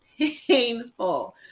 painful